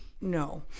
No